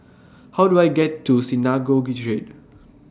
How Do I get to Synagogue Street